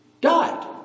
died